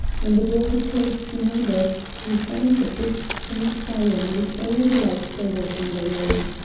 when the door had closed behind us we found that this same fire made all the light there was in the room.